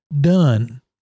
done